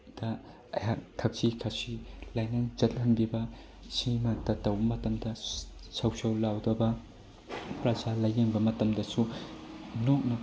ꯗ ꯑꯩꯍꯥꯛ ꯊꯛꯁꯤ ꯈꯥꯁꯤ ꯂꯥꯏꯅꯤꯡ ꯆꯠꯍꯟꯕꯤꯕ ꯁꯤꯃꯇ ꯇꯧꯕ ꯃꯇꯝꯗ ꯁꯧ ꯁꯧ ꯂꯥꯎꯗꯕ ꯄ꯭ꯔꯥꯖꯥ ꯂꯥꯏꯌꯦꯡꯕ ꯃꯇꯝꯗꯁꯨ ꯅꯣꯛꯅ